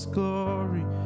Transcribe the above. glory